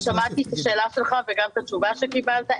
שמעתי את השאלה שלך וגם את התשובה שקיבלת.